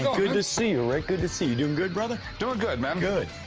good to see you, rick. good to see you. doing good, brother? doing good, man. good.